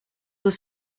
will